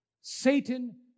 Satan